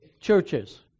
churches